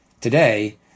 today